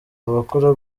abakora